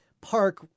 park